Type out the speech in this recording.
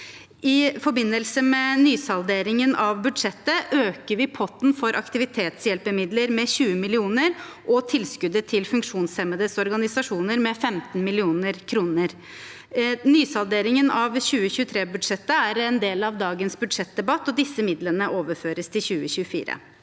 I forbindelse med nysalderingen av budsjettet øker vi potten for aktivitetshjelpemidler med 20 mill. kr og tilskuddet til funksjonshemmedes organisasjoner med 15 mill. kr. Nysalderingen av 2023-budsjettet er en del av dagens budsjettdebatt, og disse midlene overføres til 2024.